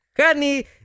Honey